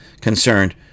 concerned